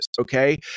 okay